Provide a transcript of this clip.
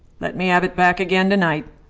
let me have it back again to-night.